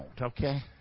okay